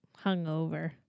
hungover